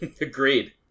Agreed